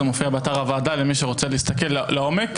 זה מופיע באתר הוועדה למי שרוצה להסתכל לעומק.